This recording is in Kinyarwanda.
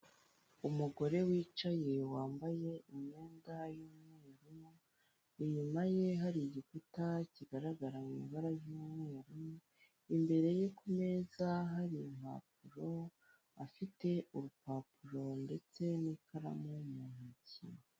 Umugore wicaye wambaye imyenda y'umweru, inyuma ye hari igikuta kigaragara mu mabara y'umweru, imbere ye ku meza hari impapuro, afite urupapuro ndetse n'ikaramu mu ntoki.